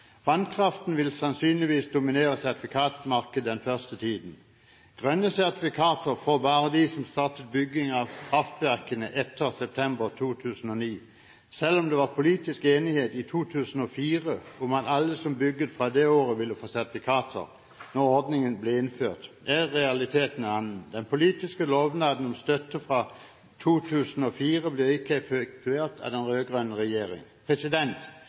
Vannkraften vil sannsynligvis dominere sertifikatmarkedet den første tiden. Grønne sertifikater får bare de som startet bygging av kraftverkene etter september 2009. Selv om det var politisk enighet i 2004 om at alle som bygde fra det året, ville få sertifikater når ordningen ble innført, er realiteten en annen. Den politiske lovnaden om støtte fra 2004 blir ikke effektuert av den